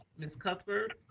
ms. cuthbert.